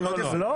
זה מאוד יפה.